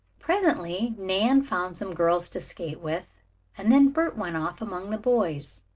presently nan found some girls to skate with and then bert went off among the boys.